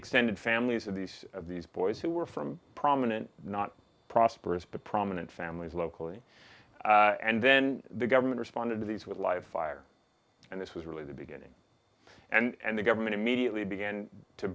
extended families of these of these boys who were from prominent not prosperous but prominent families locally and then the government responded to these with live fire and this was really the beginning and the government immediately began to